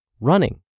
Running